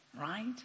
right